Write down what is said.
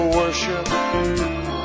worship